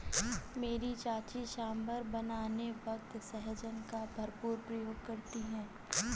मेरी चाची सांभर बनाने वक्त सहजन का भरपूर प्रयोग करती है